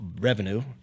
revenue